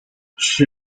she